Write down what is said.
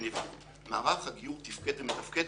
מערך הגיור תפקד ומתפקד,